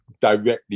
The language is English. directly